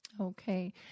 okay